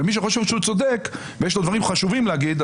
ומי שחושב שהוא צודק ויש לו דברים חשובים להגיד,